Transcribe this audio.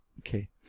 Okay